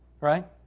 Right